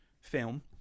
film